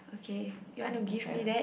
okay you want to give me that